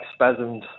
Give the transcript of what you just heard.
spasmed